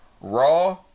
Raw